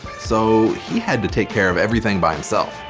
so, he had to take care of everything by himself.